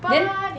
then